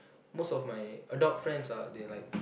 most of my adult friends ah they like